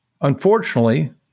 Unfortunately